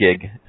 gig